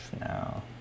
No